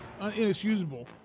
Inexcusable